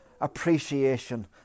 appreciation